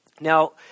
Now